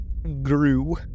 grew